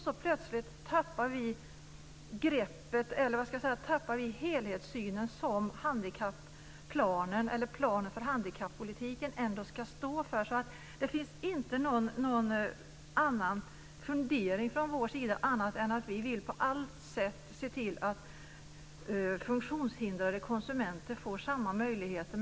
Så tappar vi plötsligt greppet och den helhetssyn som planen för handikappolitiken ändå ska stå för. Det finns ingen annan fundering från vår sida än att vi på alla sätt vill se till att funktionshindrade konsumenter får samma möjligheter.